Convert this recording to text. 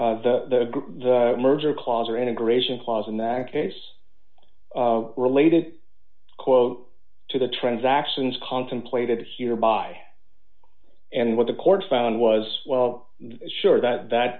the merger clause or integration clause in that case related quote to the transactions contemplated here by and what the court found was well sure that that